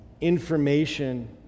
information